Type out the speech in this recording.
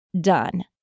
done